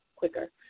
Quicker